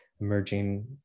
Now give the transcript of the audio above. emerging